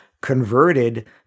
converted